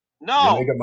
No